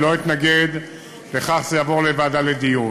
אני לא אתנגד לכך שזה יעבור לוועדה לדיון.